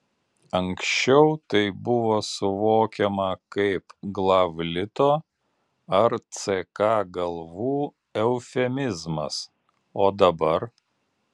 anksčiau tai buvo suvokiama kaip glavlito ar ck galvų eufemizmas o dabar